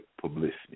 publicity